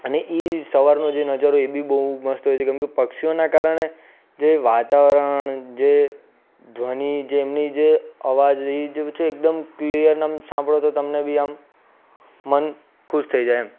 અને એ સવારનો જે નજારો એ બી બહુ મસ્ત હોય છે કેમકે પક્ષીઓના કારણે જે વાતાવરણ જે ધ્વનિ જે એમની જે અવાજ એ જે છે એકદમ ક્લિયર ને આમ સાંભળો તો તમને બી આમ મન ખુશ થઈ જાય એમ